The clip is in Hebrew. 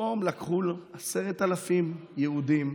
ופתאום לקחו 10,000 יהודים.